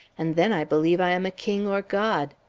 and then i believe i am a king or god.